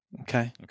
Okay